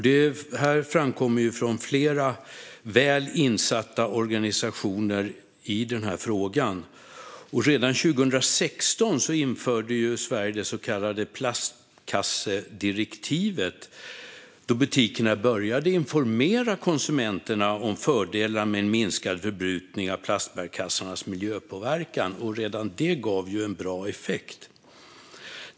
Detta framkommer från flera organisationer som är väl insatta i den här frågan. Redan 2016 genomförde Sverige det så kallade plastkassedirektivet, då butikerna började informera konsumenterna om fördelar vad gäller miljöpåverkan med en minskad förbrukning av plastbärkassar. Redan det gav ju en bra effekt.